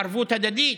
ערבות הדדית,